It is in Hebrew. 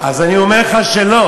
אני אומר שלא.